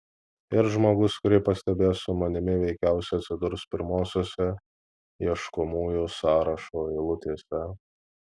ir žmogus kurį pastebės su manimi veikiausiai atsidurs pirmosiose ieškomųjų sąrašo eilutėse